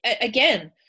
again